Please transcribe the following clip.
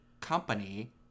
company